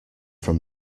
from